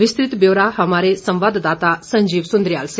विस्तृत ब्यौरा हमारे संवाददाता संजीव सुंद्रियाल से